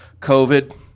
COVID